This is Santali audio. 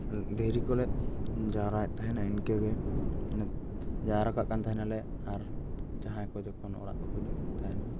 ᱫᱷᱤᱨᱤ ᱠᱚᱞᱮ ᱡᱟᱣᱨᱟᱭᱮᱫ ᱛᱟᱦᱮᱱᱟ ᱤᱱᱠᱟᱹ ᱜᱮ ᱢᱟᱱᱮ ᱡᱟᱣᱨᱟ ᱠᱟᱜ ᱠᱟᱱ ᱛᱟᱦᱮᱱᱟᱞᱮ ᱟᱨ ᱡᱟᱦᱟᱸᱭ ᱠᱚ ᱡᱚᱠᱷᱚᱱ ᱚᱲᱟᱜ ᱠᱚᱠᱚ ᱡᱩᱛ ᱛᱟᱦᱮᱱᱟ